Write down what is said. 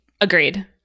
Agreed